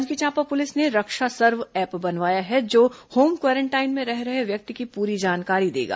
Janjgir Champa police ने रक्षासर्व app बनवाया है जो होम क्वारेंटाइन में रह रहे व्यक्ति की पूरी जानकारी देगा